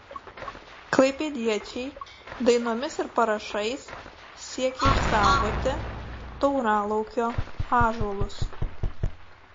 klaipėdiečiai dainomis ir parašais siekia išsaugoti tauralaukio ąžuolus